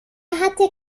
hatte